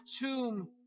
tomb